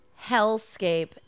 hellscape